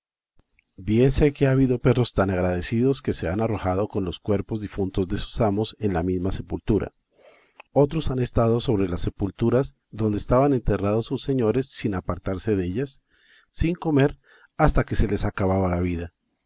sé que ha habido perros tan agradecidos que se han arrojado con los cuerpos difuntos de sus amos en la misma sepultura otros han estado sobre las sepulturas donde estaban enterrados sus señores sin apartarse dellas sin comer hasta que se les acababa la vida